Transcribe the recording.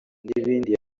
n’ibindi